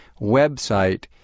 website